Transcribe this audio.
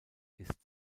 ist